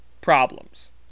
problems